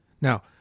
Now